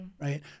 right